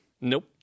Nope